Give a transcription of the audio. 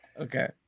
Okay